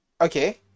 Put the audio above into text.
Okay